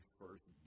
first